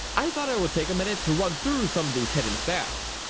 i thought i would take a minute to run through some of these hidden stats.